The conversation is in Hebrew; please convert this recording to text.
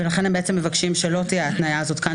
ולכן הם מבקשים שלא תהיה התניה הזאת כאן,